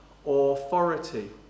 authority